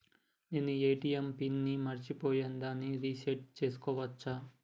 నేను ATM pin ని మరచిపోయాను దాన్ని రీ సెట్ చేసుకోవచ్చా?